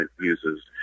uses